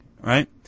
right